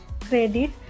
credit